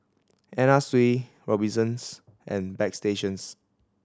Anna Sui Robinsons and Bagstationz